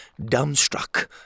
dumbstruck